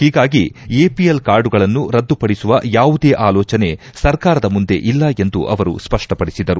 ಹೀಗಾಗಿ ಎಪಿಎಲ್ ಕಾರ್ಡುಗಳನ್ನು ರದ್ದುಪಡಿಸುವ ಯಾವುದೇ ಆಲೋಚನೆ ಸರ್ಕಾರದ ಮುಂದೆ ಇಲ್ಲ ಎಂದು ಅವರು ಸ್ಪಷ್ಪಪಡಿಸಿದರು